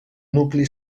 nucli